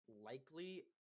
likely